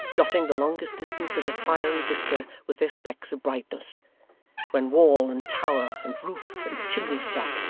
dotting the longest distance in the fiery vista with their specks of brightness when wall and tower, and roof and chimney-stack,